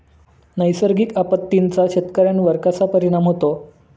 नैसर्गिक आपत्तींचा शेतकऱ्यांवर कसा परिणाम होतो?